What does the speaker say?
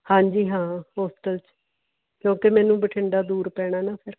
ਹਾਂਜੀ ਹਾਂ ਹੋਸਟਲ 'ਚ ਕਿਉਂਕਿ ਮੈਨੂੰ ਬਠਿੰਡਾ ਦੂਰ ਪੈਣਾ ਨਾ ਫਿਰ